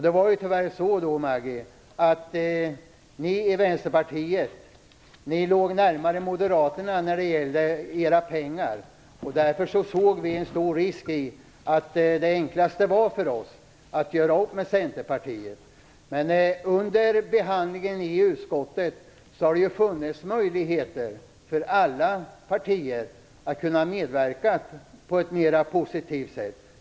Det var tyvärr så, Maggi Mikaelsson, att ni i Vänsterpartiet låg närmare Moderaterna när det gällde pengarna. Därför såg vi en stor risk. Det enklaste var för oss att göra upp med Men under behandlingen i utskottet har det funnits möjligheter för alla partier att kunna medverka på ett mer positivt sätt.